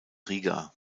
riga